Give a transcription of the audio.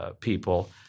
people—